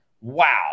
Wow